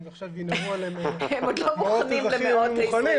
אם עכשיו ינהרו אליהם מאות אזרחים אם הם יהיו מוכנים,